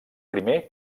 primer